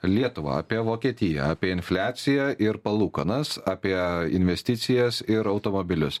lietuvą apie vokietiją apie infliaciją ir palūkanas apie investicijas ir automobilius